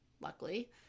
luckily